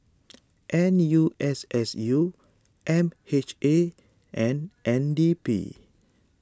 N U S S U M H A and N D P